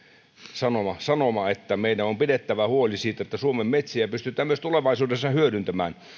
sanoma sanoma että meidän on pidettävä huoli siitä että suomen metsiä pystytään myös tulevaisuudessa hyödyntämään